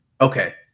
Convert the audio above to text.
Okay